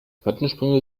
quantensprünge